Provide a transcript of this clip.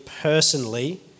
personally